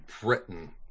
Britain